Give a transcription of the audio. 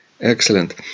Excellent